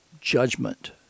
judgment